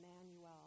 Emmanuel